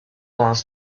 while